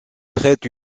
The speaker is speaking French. prête